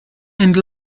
and